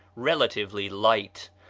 relatively light.